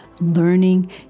learning